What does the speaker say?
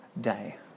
day